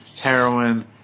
heroin